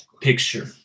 picture